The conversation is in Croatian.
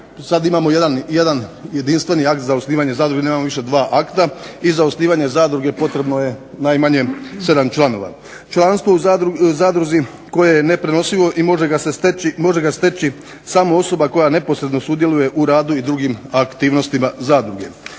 sad imamo jedan jedinstveni akt za osnivanje zadruge, mi nemamo više dva akta i za osnivanje zadruge potrebno je najmanje sedam članova. Članstvo u zadruzi koje je neprenosivo i može ga steći samo osoba koja neposredno sudjeluje u radu i drugim aktivnostima zadruge.